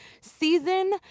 season